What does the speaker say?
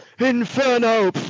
Inferno